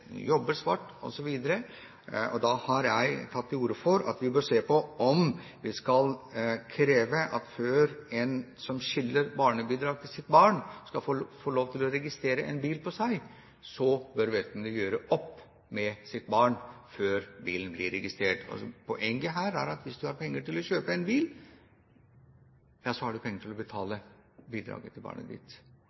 jobber svart osv. – og da har jeg tatt til orde for at vi bør se på om vi skal kreve at før en som skylder barnebidrag til sitt barn, skal få lov til å registrere en bil på seg, så bør vedkommende gjøre opp med sitt barn. Poenget her at hvis man har penger til å kjøpe en bil, så har man penger til å betale bidraget til barnet